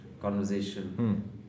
conversation